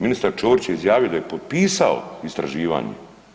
Ministar Ćorić je izjavio da je potpisao istraživanje.